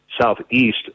southeast